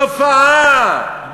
תופעה,